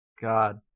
God